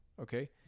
Okay